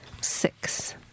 Six